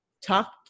Talk